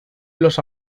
los